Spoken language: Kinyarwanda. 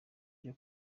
ryo